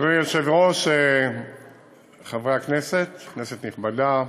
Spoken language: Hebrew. אדוני היושב-ראש, חברי הכנסת, כנסת נכבדה,